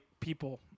People